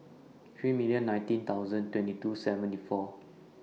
three million nineteen thousand twenty two seventy four